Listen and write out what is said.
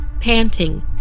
Panting